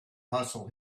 hustle